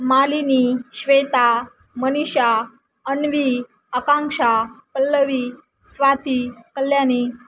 Malini Shweta Manisha Anvi Akanksha Pallavi Swati Kalyani